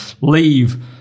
leave